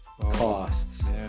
costs